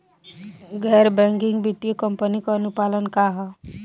गैर बैंकिंग वित्तीय कंपनी के अनुपालन का ह?